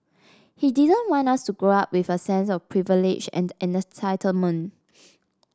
he didn't want us to grow up with a sense of privilege and entitlement